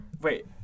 Wait